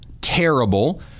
terrible